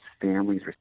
families